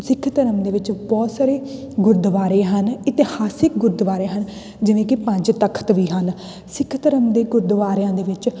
ਸਿੱਖ ਧਰਮ ਦੇ ਵਿੱਚ ਬਹੁਤ ਸਾਰੇ ਗੁਰਦੁਆਰੇ ਹਨ ਇਤਿਹਾਸਿਕ ਗੁਰਦੁਆਰੇ ਹਨ ਜਿਵੇਂ ਕਿ ਪੰਜ ਤਖਤ ਵੀ ਹਨ ਸਿੱਖ ਧਰਮ ਦੇ ਗੁਰਦੁਆਰਿਆਂ ਦੇ ਵਿੱਚ